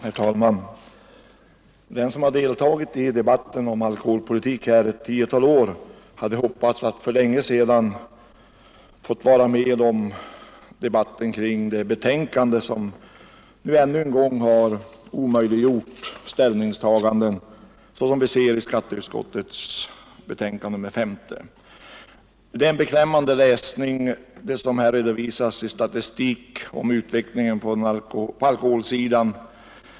Herr talman! Den som liksom jag har deltagit i debatten om alkoholpolitik här ett tiotal år hade hoppats att de motioner som nu föreligger skulle ha resulterat i ett positivt ställningstagande från riksdagen. Tyvärr har skatteutskottet i sitt betänkande nr 50 ännu en gång avvisat förslagen. Den statistik som här redovisas om utvecklingen på alkoholsidan är en beklämmande läsning.